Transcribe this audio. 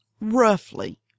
roughly